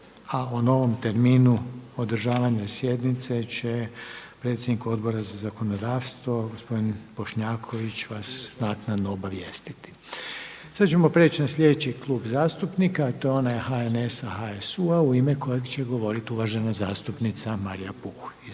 A o novom terminu održavanja sjednice će predsjednik Odbora za zakonodavstvo gospodin Bošnjaković vas naknado obavijestiti. Sad ćemo preći na slijedeći klub zastupnika a to je ona HNS-a, HSU-a u ime kojeg će govoriti uvažena zastupnica Marija Puh.